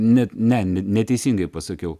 net ne neteisingai pasakiau